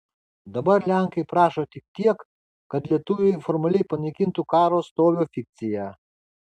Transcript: dabar lenkai prašo tik tiek kad lietuviai formaliai panaikintų karo stovio fikciją